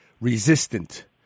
resistant